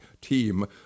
team